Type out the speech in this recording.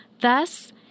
Thus